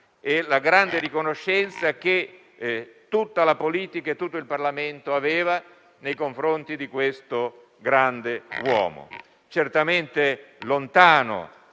e la grande riconoscenza che tutta la politica e tutto il Parlamento avevano nei confronti di questo grande uomo, certamente lontano